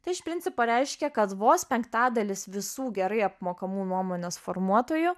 tai iš principo reiškia kad vos penktadalis visų gerai apmokamų nuomonės formuotojų